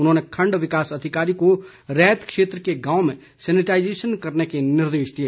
उन्होंने खंड विकास अधिकारी को रैत क्षेत्र के गावों में सैनिटाइजेशन करने के निर्देश दिए